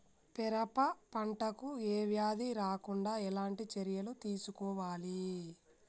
పెరప పంట కు ఏ వ్యాధి రాకుండా ఎలాంటి చర్యలు తీసుకోవాలి?